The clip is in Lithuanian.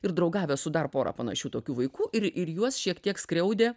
ir draugavęs su dar pora panašių tokių vaikų ir ir juos šiek tiek skriaudė